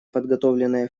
подготовленное